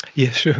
yes, yeah